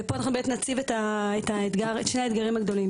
פה נציב את שני האתגרים הגדולים.